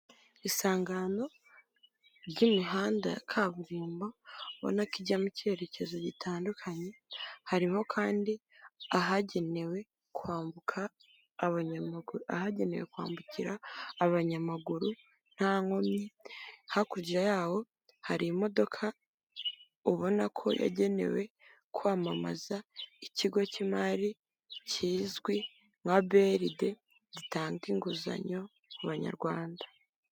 isangano ry'imihanda ya kaburimbo ubona ko ijya m'icyerekezo gitandukanye harimo kandi ahagenewe ahagenewe kwambukira abanyamaguru nta nkomyi hakurya yaho hari imodoka ubona ko yagenewe kwamamaza ikigo cy'imari kizwi nka beride gitanga inguzanyo ku banyarwanda.